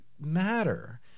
matter